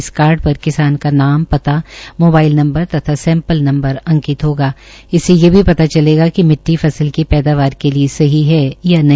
इस कार्ड पर किसान का नाम पता मोबाइल नंबर तथा सैंपल नंवर अंकित होगा इससे ये भी पता चलेगा कि मिट्टी फसल की पैदावार के लिये सटी या नहीं